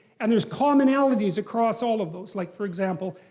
and there's commonalities across all of those, like, for example,